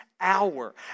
Hour